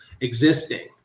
existing